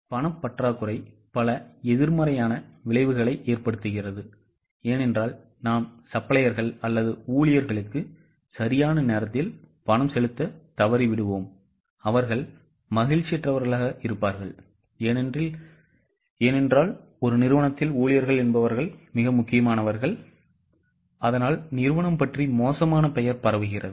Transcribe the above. பண பற்றாக்குறை பல எதிர்மறையான விளைவுகளை ஏற்படுத்துகிறது ஏனென்றால் நாம் சப்ளையர்கள் அல்லது ஊழியர்களுக்கு சரியான நேரத்தில் பணம் செலுத்தத் தவறிவிடுவோம் அவர்கள் மகிழ்ச்சியற்றவர்களாக இருப்பார்கள் அதனால் நிறுவனம் பற்றி மோசமான பெயர் பரவுகிறது